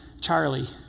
Charlie